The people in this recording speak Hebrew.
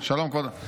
שלום כבודו.